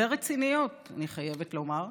הצעות נואלות ורציניות, אני חייבת לומר,